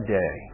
day